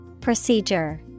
Procedure